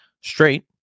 straight